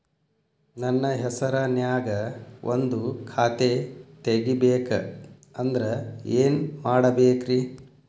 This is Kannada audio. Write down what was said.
ನನ್ನ ಹೆಸರನ್ಯಾಗ ಒಂದು ಖಾತೆ ತೆಗಿಬೇಕ ಅಂದ್ರ ಏನ್ ಮಾಡಬೇಕ್ರಿ?